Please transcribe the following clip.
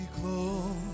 close